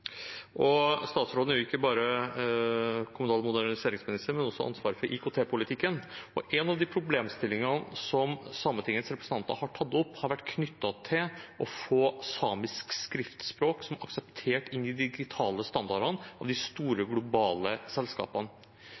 folket. Statsråden er ikke bare kommunal- og moderniseringsminister, men har også ansvaret for IKT-politikken. En av problemstillingene som Sametingets representanter har tatt opp, har vært knyttet til å få samisk skriftspråk akseptert i de digitale standardene til de store globale selskapene.